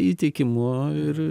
įteikimu ir